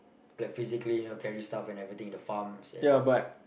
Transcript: like physically you know carry stuff and everything the farms and